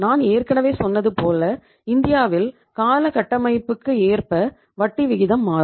நான் ஏற்கனவே சொன்னதுபோல இந்தியாவில் கால கட்டமைப்புக்கு ஏற்ப வட்டி விகிதம் மாறும்